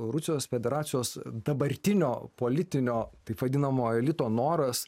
rusijos federacijos dabartinio politinio taip vadinamojo elito noras